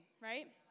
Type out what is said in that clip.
right